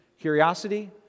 curiosity